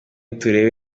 turebe